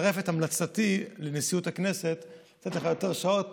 ואצרף את המלצתי לנשיאות הכנסת לתת לך יותר שעות פה.